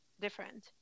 different